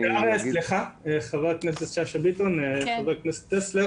סליחה, חברת הכנסת שאשא ביטון, חבר הכנסת טסלר,